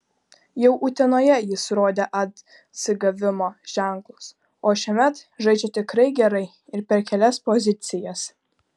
jau utenoje jis rodė atsigavimo ženklus o šiemet žaidžia tikrai gerai ir per kelias pozicijas